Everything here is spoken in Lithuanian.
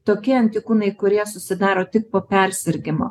tokie antikūnai kurie susidaro tik po persirgimo